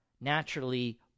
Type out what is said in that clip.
naturally